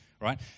right